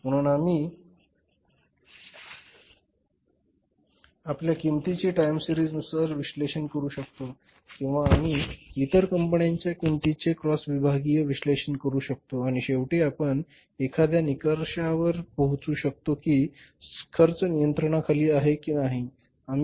म्हणून आम्ही आपल्या किंमतीची टाईम सिरीज नुसार विश्लेषण करू शकतो किंवा आम्ही इतर कंपन्यांच्या किंमतीचे क्रॉस विभागीय विश्लेषण करू शकतो आणि शेवटी आपण एखाद्या निष्कर्षावर पोहोचू शकतो की खर्च नियंत्रणाखाली आहे की नाही